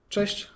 Cześć